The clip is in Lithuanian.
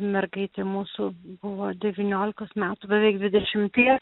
mergaitė mūsų buvo devyniolikos metų beveik dvidešimties